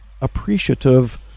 appreciative